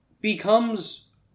becomes